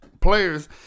players